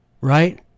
Right